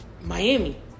Miami